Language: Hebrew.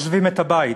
עוזבים את הבית,